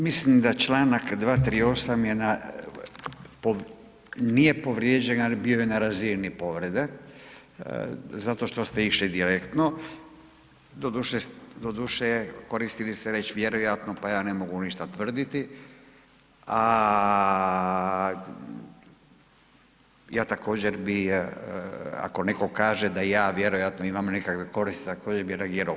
Mislim da čl. 238. nije povrijeđen ali bio je na razini povrede zato što ste išli direktno, doduše, koristili ste riječ „vjerojatno“ pa ja ne mogu ništa tvrditi, a ja također bi ako neko kaže da ja vjerojatno imam nekakve koristi, također bi reagirao.